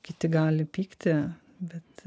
kiti gali pykti bet